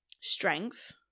Strength